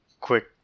Quick